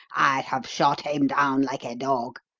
i'd have shot him down like a dog.